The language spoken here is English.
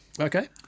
Okay